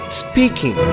speaking